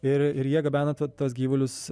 ir ir jie gabena tuos gyvulius